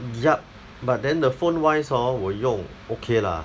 yup but then the phone wise hor 我用 okay lah